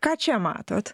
ką čia matote